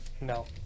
No